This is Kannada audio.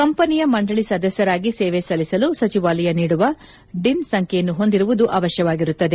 ಕಂಪನಿಯ ಮಂಡಳ ಸದಸ್ವರಾಗಿ ಸೇವೆ ಸಲ್ಲಿಸಲು ಸಚಿವಾಲಯ ನೀಡುವ ಡಿನ್ ಸಂಬ್ಹೆಯನ್ನು ಹೊಂದಿರುವುದು ಅವಶ್ವವಾಗಿರುತ್ತದೆ